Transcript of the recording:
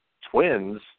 Twins